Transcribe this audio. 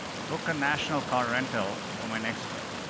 book a national car rental for my next trip.